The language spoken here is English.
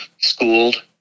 schooled